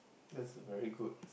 that's very good